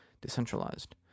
decentralized